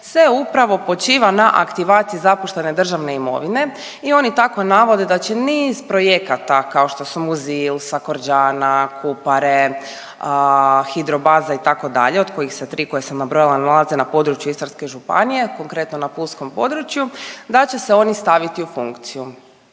se upravo počiva na aktivaciji zapuštene državne imovine i oni tako navode da će niz projekata kao što su Muzil, Saccorgiana, Kupare, Hidrobaza itd., od kojih se tri koje sam nabrojala, nalaze na području Istarske županije, konkretno na pulskom području, da će se oni staviti u funkciju.